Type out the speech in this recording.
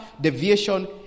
deviation